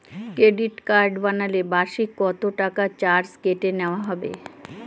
Credit card বানালে বার্ষিক কত টাকা চার্জ কেটে নেওয়া হবে?